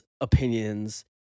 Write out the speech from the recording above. opinions